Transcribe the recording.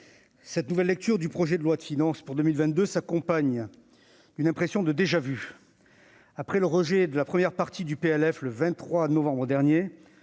en nouvelle lecture du projet de loi de finances pour 2022 s'accompagne d'une impression de déjà-vu. Après le rejet de la première partie du projet de loi de